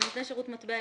של נותני שירות מטבע,